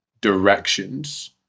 directions